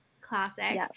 classic